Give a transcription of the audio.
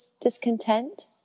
discontent